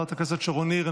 חברת הכנסת שרון ניר,